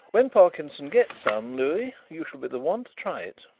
when parkinson gets some, louis, you shall be the one to try it.